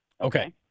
Okay